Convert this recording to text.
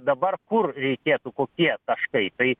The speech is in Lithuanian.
dabar kur reikėtų kokie taškai tai